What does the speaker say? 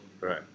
Right